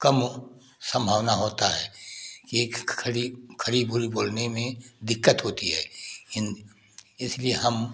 कम सम्भावना होता है कि खड़ी खड़ी बोली बोलने में दिक्कत होती है हिं इसलिए हम